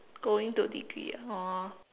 going to degree ah oh